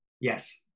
Yes